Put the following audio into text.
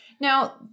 Now